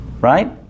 right